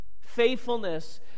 Faithfulness